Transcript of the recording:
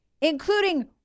including